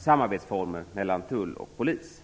samarbetsformer mellan tull och polis.